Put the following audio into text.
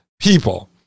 people